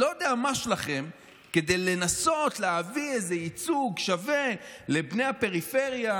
לא-יודע-מה שלכם כדי לנסות להביא איזה ייצוג שווה לבני הפריפריה,